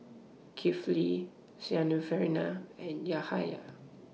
Kifli Syarafina and Yahaya